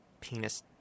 penis